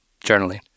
journaling